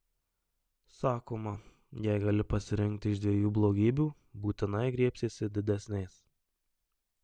sakoma jei gali pasirinkti iš dviejų blogybių būtinai griebsiesi didesnės